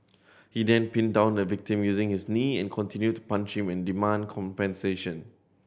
he then pinned down the victim using his knee and continued to punch him and demand compensation